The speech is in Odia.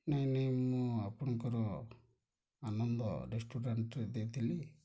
ନାଇଁ ନାଇଁ ମୁଁ ଆପଣଙ୍କର ଆନନ୍ଦ ରେଷ୍ଟୁରାଣ୍ଟ୍ରେ ଦେଇଥିଲି